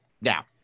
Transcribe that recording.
now